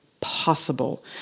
possible